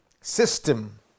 system